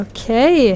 Okay